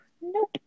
nope